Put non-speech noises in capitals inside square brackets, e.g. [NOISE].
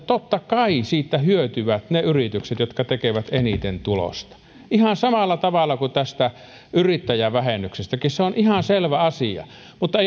totta kai siitä hyötyvät ne yritykset jotka tekevät eniten tulosta ihan samalla tavalla kuin tästä yrittäjävähennyksestäkin se on ihan selvä asia mutta [UNINTELLIGIBLE]